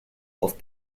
auf